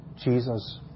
Jesus